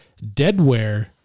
Deadware